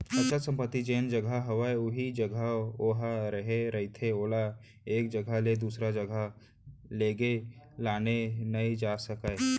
अचल संपत्ति जेन जघा हवय उही जघा ओहा रेहे रहिथे ओला एक जघा ले दूसर जघा लेगे लाने नइ जा सकय